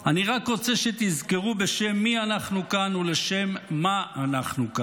אני רק רוצה שתזכרו בשם מי אנחנו כאן ולשם מה אנחנו כאן.